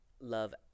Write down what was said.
love